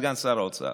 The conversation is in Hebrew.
סגן שר האוצר,